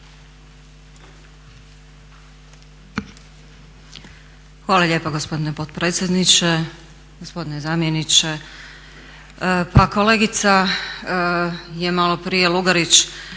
Hvala lijepa gospodine potpredsjedniče. Gospodine zamjeniče. Pa kolegica Lugarić